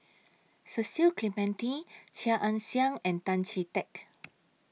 Cecil Clementi Chia Ann Siang and Tan Chee Teck